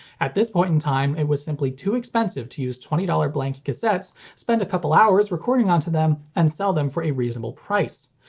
at this point in time it was simply too expensive to use twenty dollars blank cassettes, spend a couple hours recording onto them, and sell them for a reasonable price.